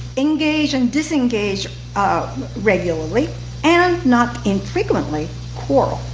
engage and disengage um regularly and not infrequently quarrel.